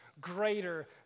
greater